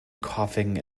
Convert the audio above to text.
coughing